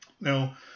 Now